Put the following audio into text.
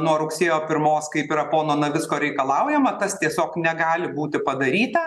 nuo rugsėjo pirmos kaip yra pono navicko reikalaujama tas tiesiog negali būti padaryta